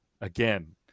again